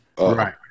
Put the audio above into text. Right